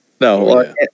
No